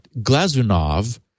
Glazunov